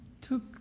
took